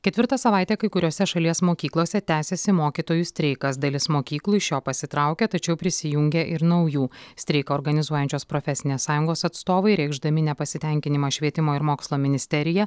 ketvirtą savaitę kai kuriose šalies mokyklose tęsiasi mokytojų streikas dalis mokyklų iš jo pasitraukė tačiau prisijungia ir naujų streiką organizuojančios profesinės sąjungos atstovai reikšdami nepasitenkinimą švietimo ir mokslo ministerija